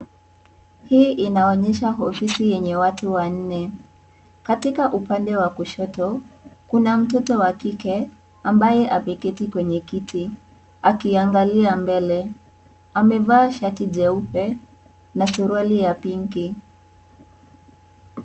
Hii inaonyesha ofisi yenye watu wanne. Katika upande wa kushoto kuna mtoto wa kike ambaye ameketi kwenye kiti akiangalia mbele. Amevaa shati jeupe na suruali ya pinki.